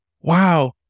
wow